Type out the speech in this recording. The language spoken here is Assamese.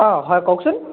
অঁ হয় কওকচোন